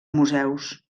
museus